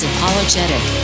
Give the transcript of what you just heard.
Apologetic